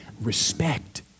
Respect